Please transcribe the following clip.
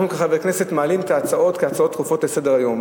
וכחברי כנסת מעלים את ההצעות כהצעות דחופות לסדר-היום.